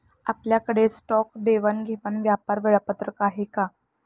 आपल्याकडे स्टॉक देवाणघेवाण व्यापार वेळापत्रक आहे का?